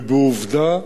ובעובדה,